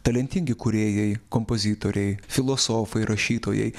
talentingi kūrėjai kompozitoriai filosofai rašytojai